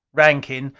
rankin,